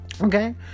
Okay